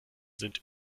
sind